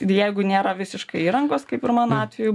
jeigu nėra visiškai įrangos kaip ir mano atveju